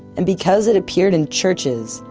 and because it appeared in churches,